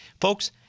Folks